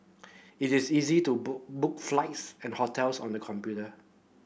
it is easy to book flights and hotels on the computer